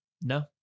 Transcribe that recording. no